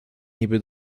niby